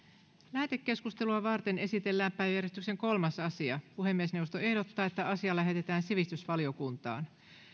lähetekeskustelua varten esitellään päiväjärjestyksen kolmas asia puhemiesneuvosto ehdottaa että asia lähetetään sivistysvaliokuntaan